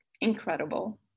incredible